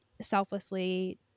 selflessly